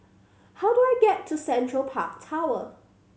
how do I get to Central Park Tower